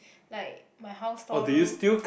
like my house storeroom